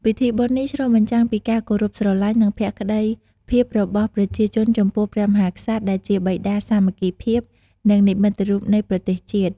ពិធីបុណ្យនេះឆ្លុះបញ្ចាំងពីការគោរពស្រឡាញ់ និងភក្ដីភាពរបស់ប្រជាជនចំពោះព្រះមហាក្សត្រ ដែលជាបិតាសាមគ្គីភាព និងនិមិត្តរូបនៃប្រទេសជាតិ។